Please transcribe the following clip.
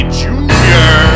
junior